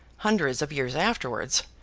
hundreds of years afterwards,